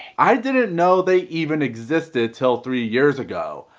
i didn't know they even existed till three years ago.